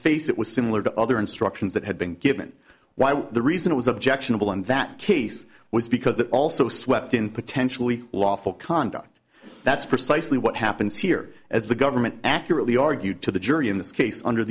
face it was similar to other instructions that had been given while the reason it was objectionable in that case was because it also swept in potentially lawful conduct that's precisely what happens here as the government accurately argued to the jury in this case under